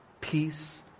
peace